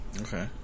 Okay